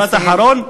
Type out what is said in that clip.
משפט אחרון,